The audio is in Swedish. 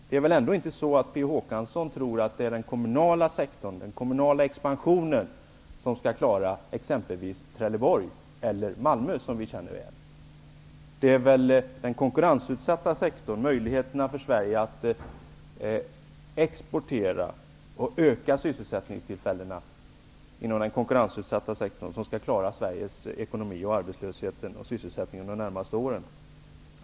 Det är väl ändå inte så att P O Håkansson tror att det är den kommunala sektorn och den kommunala expansionen som skall klara exempelvis Trelleborg eller Malmö. Det är väl ökade möjligheter för den konkurrensutsatta sektorn i Sverige att exportera som skall klara Sveriges ekonomi och sysselsättningen de närmaste åren.